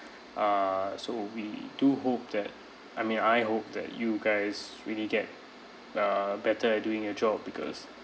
uh so we do hope that I mean I hope that you guys really get uh better at doing your job because